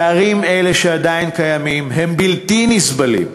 פערים אלה, שעדיין קיימים, הם בלתי נסבלים,